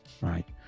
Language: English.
right